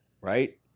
right